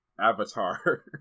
Avatar